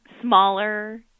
smaller